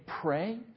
pray